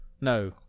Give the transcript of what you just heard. No